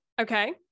Okay